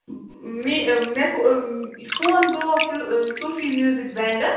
مےٚ مےٚ یہِ فون گوٚوا صوٗفی میٛوٗزِک بینٛڈس